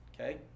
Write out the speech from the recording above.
Okay